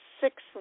six